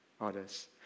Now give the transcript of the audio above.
others